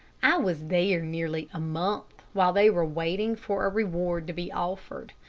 i was there nearly a month, while they were waiting for a reward to be offered.